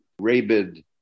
rabid